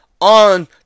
on